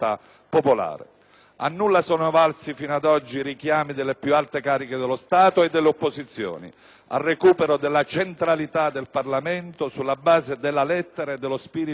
A nulla sono valsi fino ad oggi i richiami delle più alte cariche dello Stato e delle opposizioni al recupero della centralità del Parlamento sulla base della lettera e dello spirito democratico